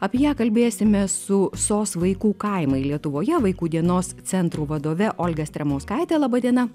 apie ją kalbėsimės su sos vaikų kaimai lietuvoje vaikų dienos centrų vadove olga stremauskaite laba diena